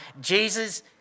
Jesus